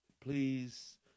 Please